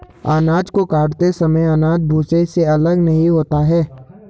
अनाज को काटते समय अनाज भूसे से अलग नहीं होता है